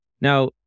Now